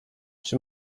czy